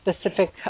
specific